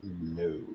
No